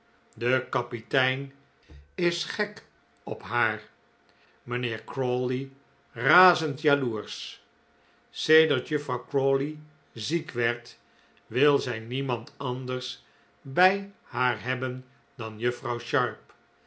de kapitein is gek op haar mijnheer crawley razend jaloersch sedert juffrouw crawley ziek werd wil zij niemand anders bij haar hebben dan juffrouw sharp